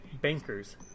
bankers